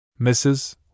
Mrs